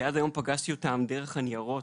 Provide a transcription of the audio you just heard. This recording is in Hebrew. עד היום פגשתי אותם דרך הניירות,